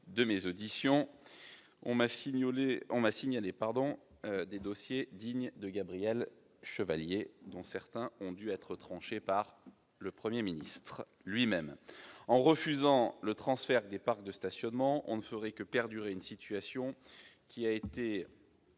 que j'ai menées, on m'a signalé des dossiers dignes de Gabriel Chevallier, dont certains ont dû être tranchés par le Premier ministre lui-même. En refusant le transfert des parcs de stationnement, on ne ferait que laisser perdurer une situation dénoncée